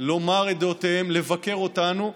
לומר את דעותיהם, לבקר אותנו.